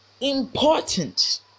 important